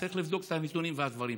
צריך לבדוק את הנתונים והדברים.